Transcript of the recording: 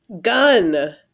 Gun